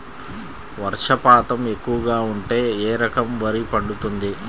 వర్షపాతం ఎక్కువగా ఉంటే ఏ రకం వరి పండుతుంది?